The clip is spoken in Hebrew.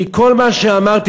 כי כל מה שאמרתי,